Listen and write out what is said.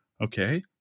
Okay